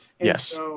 Yes